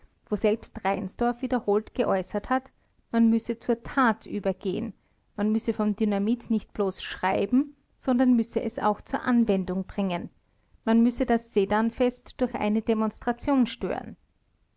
woselbst reinsdorf wiederholt geäußert hat man müsse zur tat übergehen man dürfe von dynamit nicht bloß schreiben sondern müsse es auch zur anwendung bringen man müsse das sedanfest durch eine demonstration stören